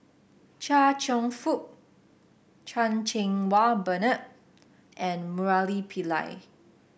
Chia Cheong Fook Chan Cheng Wah Bernard and Murali Pillai